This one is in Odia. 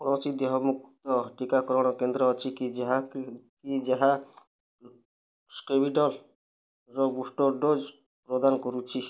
କୌଣସି ଦେୟମୁକ୍ତ ଟିକାକରଣ କେନ୍ଦ୍ର ଅଛି କି ଯାହାକି କି ଯାହା ସ୍କେବିଡ଼ରର ବୁଷ୍ଟର୍ ଡୋଜ୍ ପ୍ରଦାନ କରୁଛି